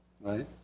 right